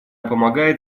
помогает